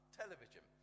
television